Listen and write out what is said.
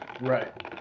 Right